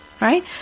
right